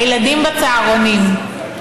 הילדים בצהרונים.